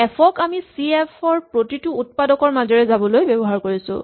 F ক আমি চি এফ ৰ প্ৰতিটো উৎপাদকৰ মাজেৰে যাবলৈ ব্যৱহাৰ কৰিছো